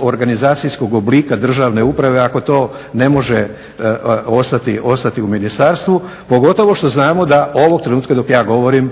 organizacijskog oblika državne uprave ako to ne može ostati u ministarstvu, pogotovo što znamo da ovog trenutka dok ja govorim